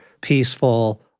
peaceful